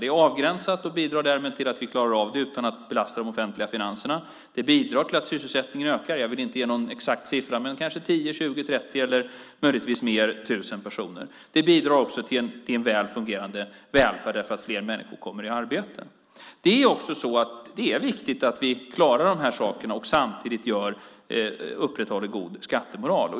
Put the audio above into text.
Det är avgränsat och bidrar därmed till att vi klarar av det utan att belasta de offentliga finanserna. Det bidrar till att sysselsättningen ökar. Jag vill inte ge någon exakt siffra, men det handlar kanske om 10 000, 20 000, 30 000 eller möjligtvis fler personer. Det bidrar också till en väl fungerande välfärd därför att fler människor kommer i arbete. Det är viktigt att vi klarar dessa saker och samtidigt upprätthåller en god skattemoral.